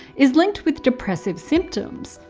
is linked with depressive symptoms.